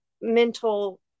mental